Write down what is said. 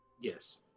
Yes